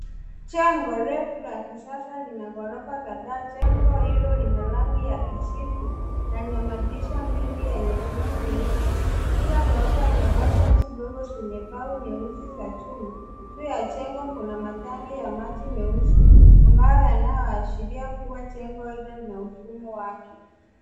Jengo refu la kisasa lina gorofa kadhaa, jengo hilo lina rangi ya kijivu na lina madirisha mengo yenye fremu nyeusi kila gorofa ina balconies ndogo zenye bau nyeusi za chuma. Juu ya jengo kuna matangi ya maji meusi ambayo yanayo ashiria kuwa jengo hilo lina mfumo wake.